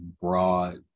broad